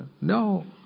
no